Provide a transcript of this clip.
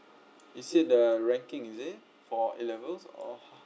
you said the ranking is it for A levels or